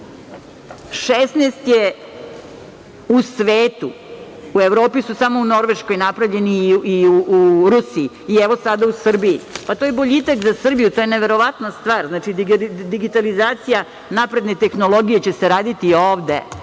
je u svetu, u Evropi su samo u Norveškoj napravljeni i u Rusiji i evo sada u Srbiji. Pa to je boljitak za Srbiju, to je neverovatna stvar. Znači, digitalizacija napredne tehnologije će se raditi ovde,